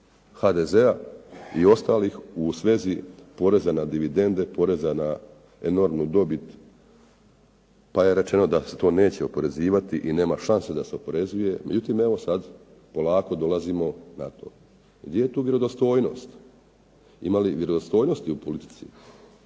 HDZ i ostalih u svezi poreza na dividende, poreza na enormnu dobit, pa je rečeno da se to neće oporezivati i nema šanse da se oporezuje, međutim evo sad polako dolazimo na to. Gdje je tu vjerodostojnost? Ima li vjerodostojnosti u politici